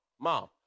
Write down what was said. mom